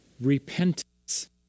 Repentance